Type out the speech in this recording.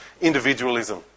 individualism